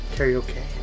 Karaoke